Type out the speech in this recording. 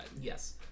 Yes